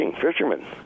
fishermen